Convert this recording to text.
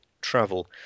travel